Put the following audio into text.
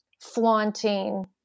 flaunting